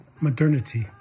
Modernity